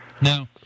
Now